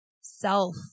self